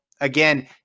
Again